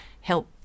help